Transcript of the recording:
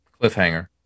Cliffhanger